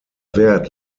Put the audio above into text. wert